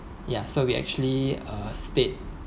ya so we actually uh stayed